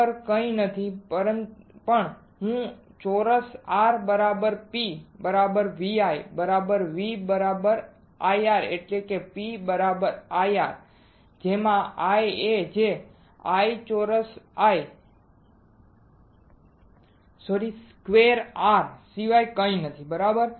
power કંઈ નથી પણ હું સ્કવેર R બરાબર P બરાબર VI બરાબર V બરાબર IR એટલે કે P બરાબર IR માં I જે I સ્કવેર R સિવાય કંઈ નથી બરાબર